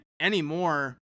anymore –